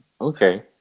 Okay